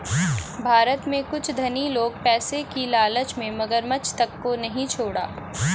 भारत में कुछ धनी लोग पैसे की लालच में मगरमच्छ तक को नहीं छोड़ा